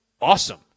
awesome